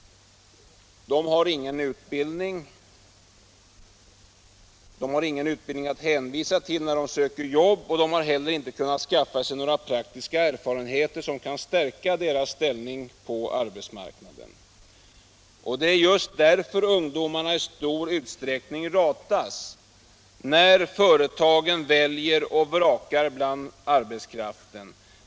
De har ingen utbildning att hänvisa till när de söker jobb och har inte heller kunnat skaffa sig några praktiska erfarenheter som kan stärka deras ställning på arbetsmarknaden. Just därför ratas ungdomarna i stor utsträckning, när företagen väljer och vrakar bland arbetskraften.